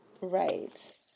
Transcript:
Right